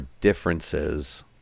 differences